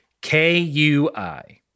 K-U-I